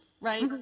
Right